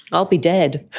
i'll be dead.